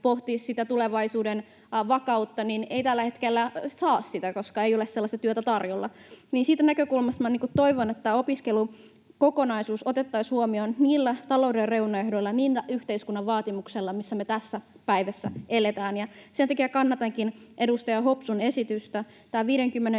pohtia sitä tulevaisuuden alan vakautta, niin ei tällä hetkellä saa sitä, koska ei ole sellaista työtä tarjolla. Siitä näkökulmasta minä toivon, että tämä opiskelukokonaisuus otettaisiin huomioon niillä talouden reunaehdoilla, niillä yhteiskunnan vaatimuksilla, missä me tässä päivässä eletään. Sen takia kannatankin edustaja Hopsun esitystä.